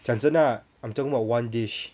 讲真的 I'm talking about one dish